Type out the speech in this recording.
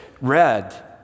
red